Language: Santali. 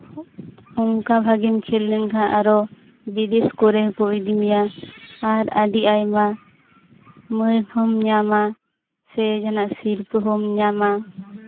ᱚᱱᱠᱟ ᱵᱷᱟᱜᱮᱢ ᱠᱷᱮᱞ ᱞᱮᱱᱠᱷᱟᱱ ᱟᱨᱚ ᱵᱤᱫᱮᱥ ᱠᱚᱨᱮ ᱦᱚᱸᱠᱚ ᱤᱫᱤ ᱢᱮᱭᱟ ᱟᱨ ᱟᱹᱰᱤ ᱟᱭᱢᱟ ᱢᱟᱹᱱ ᱦᱚᱢ ᱧᱟᱢᱟ ᱥᱮ ᱡᱟᱦᱟᱱᱟᱜ ᱥᱤᱨᱯᱟᱹ ᱦᱚᱢ ᱧᱟᱢᱟ